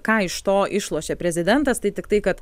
ką iš to išlošė prezidentas tai tiktai kad